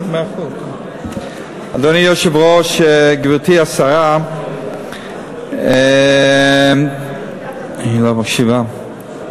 אדוני היושב-ראש, גברתי השרה, היא לא מקשיבה.